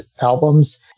albums